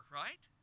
right